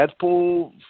Deadpool